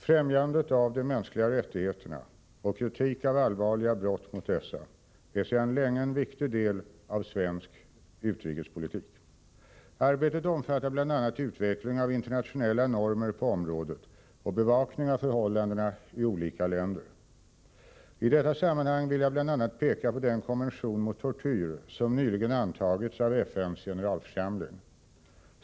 Främjande av de mänskliga rättigheterna och kritik av allvarliga brott mot dessa är sedan länge en viktig del av svensk utrikespolitik. Arbetet omfattar bl.a. utveckling av internationella normer på området och bevakning av förhållandena i olika länder. I detta sammanhang vill jag bl.a. peka på den konvention mot tortyr som nyligen antagits av FN:s generalförsamling.